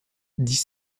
dix